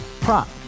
Prop